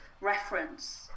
reference